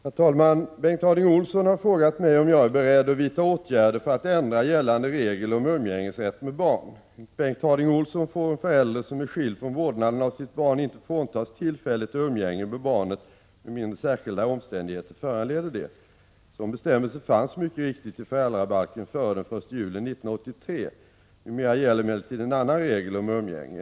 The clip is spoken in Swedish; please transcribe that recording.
Herr talman! Bengt Harding Olson har frågat mig om jag är beredd att vidta åtgärder för att ändra gällande regel om umgängesrätt med barn. Enligt Bengt Harding Olson får en förälder som är skild från vårdnaden av sitt barn inte fråntas tillfälle till umgänge med barnet med mindre särskilda omständigheter föranleder det. En sådan bestämmelse fanns mycket riktigt i föräldrabalken före den 1 juli 1983. Numera gäller emellertid en annan regel om umgänge.